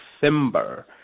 December